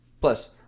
plus